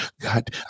God